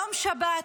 ביום שבת,